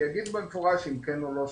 שיגידו במפורש אם כן או לא,